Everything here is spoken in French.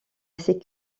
assez